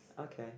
okay